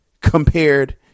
compared